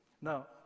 Now